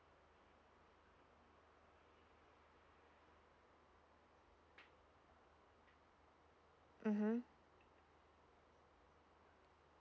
mmhmm